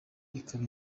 ikaba